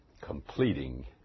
completing